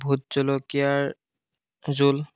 vote জলকীয়াৰ জোল